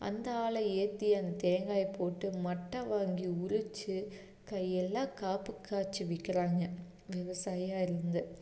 அந்த ஆளை ஏற்றி அந்த தேங்காயை போட்டு மட்டை வாங்கி உரித்து கையெல்லாம் காப்பு காய்ச்சி விற்கிறாங்க விவசாயியாக இருந்து